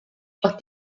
doch